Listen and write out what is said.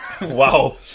Wow